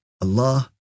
Allah